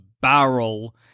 barrel